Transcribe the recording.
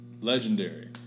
legendary